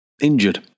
injured